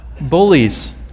Bullies